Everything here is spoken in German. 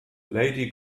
lady